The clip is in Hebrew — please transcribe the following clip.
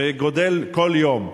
וגדל כל יום.